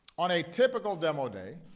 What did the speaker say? on a typical demo day,